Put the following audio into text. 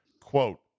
Quote